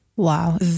Wow